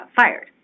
fired